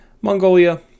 Mongolia